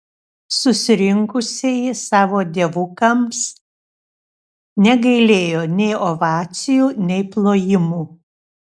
susirinkusieji savo dievukams negailėjo nei ovacijų nei plojimų